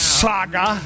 saga